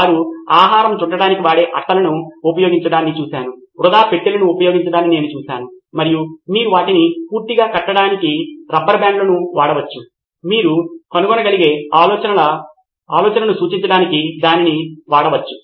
వారు ఆహారము చుట్టడానికి వాడే అట్టలను ఉపయోగించడాన్ని చూశాను వృధా పెట్టెలను ఉపయోగించడాన్ని నేను చూశాను మరియు మీరు వాటిని పూర్తిగా కట్టడానికి రబ్బరు బ్యాండ్లను వాడగవచ్చు మీరు కనుగొనగలిగే ఆలోచనను సూచించడానికి దాన్ని వాడగవచ్చు